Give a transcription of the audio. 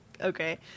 okay